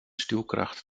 stuwkracht